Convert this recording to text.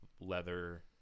leather